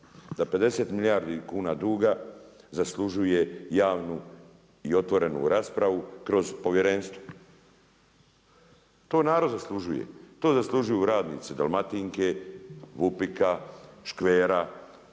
da 50 milijardi kuna duga zaslužuje javnu i otvorenu raspravu kroz povjerenstvo. To narod zaslužuje, to zaslužuju radnici Dalmatinke, VUPIK-a, Škvera,